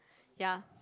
ya